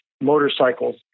motorcycles